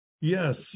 Yes